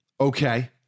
Okay